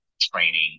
training